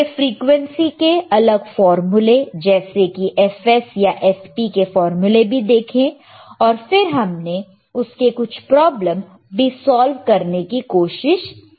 इसके फ्रीक्वेंसी के अलग फार्मूले जैसे कि Fs या Fp के फार्मूले भी देखें और फिर हमने उसके कुछ प्रॉब्लम भी सॉल्व करने की कोशिश की